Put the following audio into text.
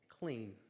clean